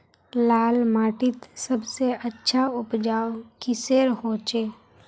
लाल माटित सबसे अच्छा उपजाऊ किसेर होचए?